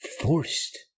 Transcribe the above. Forced